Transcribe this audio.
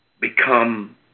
become